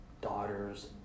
daughters